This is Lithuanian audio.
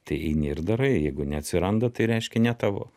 tai eini ir darai jeigu neatsiranda tai reiškia ne tavo